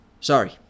Sorry